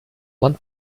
one